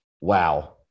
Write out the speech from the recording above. wow